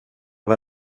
var